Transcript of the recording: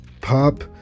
pop